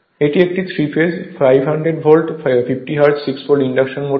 এটি একটি 3 phase 500 volt 50 hertz 6 pole induction motor